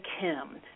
Kim